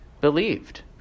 believed